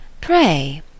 Pray